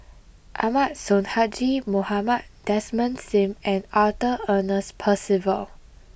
Ahmad Sonhadji Mohamad Desmond Sim and Arthur Ernest Percival